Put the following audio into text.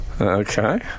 Okay